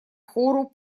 хору